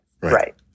right